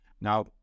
now